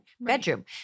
bedroom